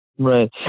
Right